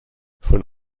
von